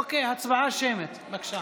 אוקיי, הצבעה שמית, בבקשה.